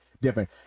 different